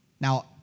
Now